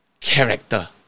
character